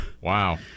Wow